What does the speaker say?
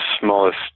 smallest